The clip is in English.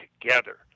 together